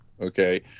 okay